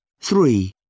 Three